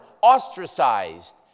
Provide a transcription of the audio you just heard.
ostracized